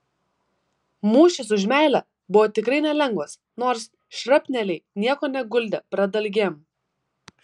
mūšis už meilę buvo tikrai nelengvas nors šrapneliai nieko neguldė pradalgėm